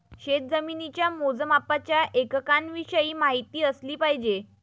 शेतजमिनीच्या मोजमापाच्या एककांविषयी माहिती असली पाहिजे